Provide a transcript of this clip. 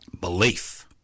belief